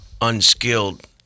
unskilled